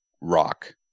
rock